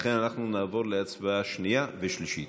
ולכן אנחנו נעבור להצבעה בקריאה שנייה ושלישית.